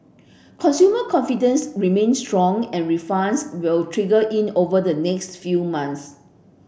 consumer confidence remains strong and refunds will trickle in over the next few months